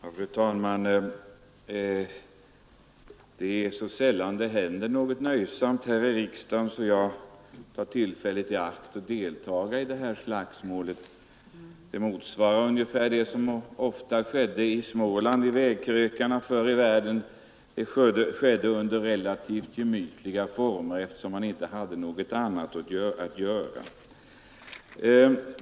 Fru talman! Det är så sällan det händer något nöjsamt här i riksdagen så jag tar tillfället i akt att delta i det här slagsmålet. Det motsvarar ungefär vad som ofta skedde i Småland vid vägkrökarna förr i världen. Det hände under relativt gemytliga former eftersom man inte hade någonting annat att göra.